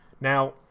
Now